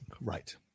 Right